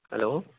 hello